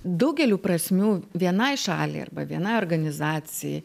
daugeliu prasmių vienai šaliai arba vienai organizacijai